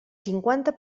cinquanta